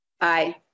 Aye